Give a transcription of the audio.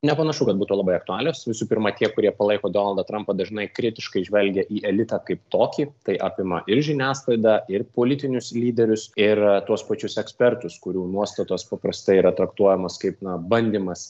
nepanašu kad būtų labai aktualios visų pirma tie kurie palaiko donaldą trampą dažnai kritiškai žvelgia į elitą kaip tokį tai apima ir žiniasklaidą ir politinius lyderius ir tuos pačius ekspertus kurių nuostatos paprastai yra traktuojamas kaip na bandymas